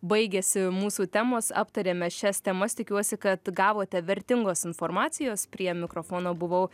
baigėsi mūsų temos aptarėme šias temas tikiuosi kad gavote vertingos informacijos prie mikrofono buvau